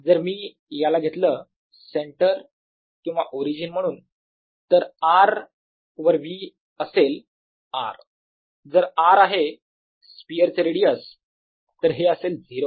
जर मी याला घेतलं सेंटर किंवा ओरिजिन म्हणून तर r वर V असेल R जर R आहे स्पियर रेडियस तर हे असेल 0V rR 0